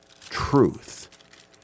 truth